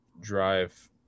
drive